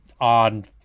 on